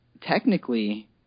Technically –